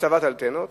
להצבת אנטנות,